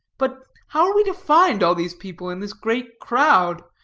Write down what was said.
but how are we to find all these people in this great crowd?